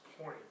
point